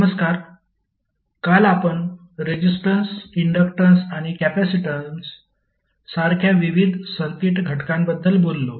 नमस्कार काल आपण रेसिस्टन्स इन्डक्टन्स आणि कॅपेसिटन्स सारख्या विविध सर्किट घटकांबद्दल बोललो